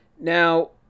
Now